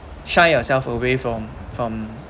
shy ourselves away from from